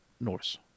Norse